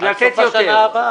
לתת יותר.